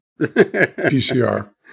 PCR